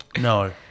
No